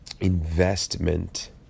investment